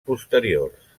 posteriors